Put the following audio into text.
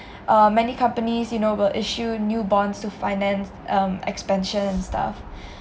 uh many companies you know will issue new bonds to finance um expansion and stuff